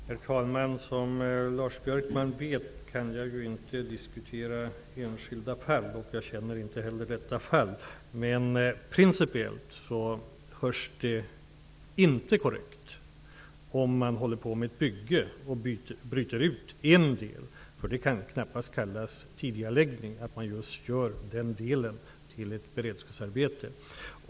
Herr talman! Som Lars Björkman vet kan jag inte diskutera enskilda fall. Jag känner heller inte till detta fall. Men rent principiellt är det inte korrekt om man vid ett bygge bryter ut en del. Det kan knappast kallas tidigareläggning att man gör just den delen till ett beredskapsarbete.